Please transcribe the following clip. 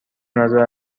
نظر